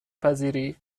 پذیری